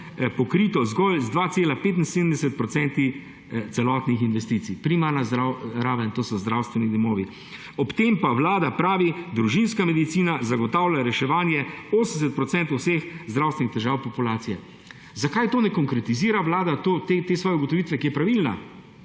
pokrito zgolj z 2,75 % celotnih investicij. Primarna raven, to so zdravstveni domovi. Ob tem pa vlada pravi, družinska medicina zagotavlja reševanje 80 % vseh zdravstvenih težav populacije. Zakaj vlada ne konkretizira te svoje ugotovitve, ki je pravilna,